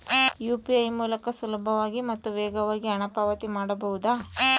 UPI ಮೂಲಕ ಸುಲಭವಾಗಿ ಮತ್ತು ವೇಗವಾಗಿ ಹಣ ಪಾವತಿ ಮಾಡಬಹುದಾ?